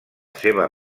seva